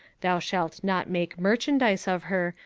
thou shalt not make merchandise of her,